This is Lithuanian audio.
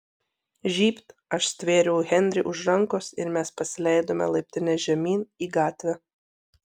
žybt aš stvėriau henrį už rankos ir mes pasileidome laiptine žemyn į gatvę